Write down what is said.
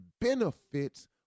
benefits